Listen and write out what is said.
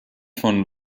von